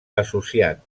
associat